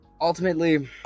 Ultimately